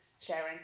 sharing